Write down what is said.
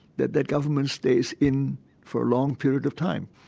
that that government stays in for a long period of time.